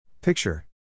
Picture